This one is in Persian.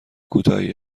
کوتاهی